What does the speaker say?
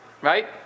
right